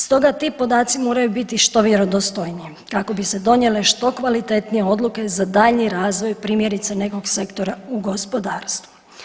Stoga ti podaci moraju biti što vjerodostojniji kako bi se donijele što kvalitetnije odluke za daljnji razvoj primjerice nekog sektora u gospodarstvu.